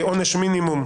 עונש מינימום.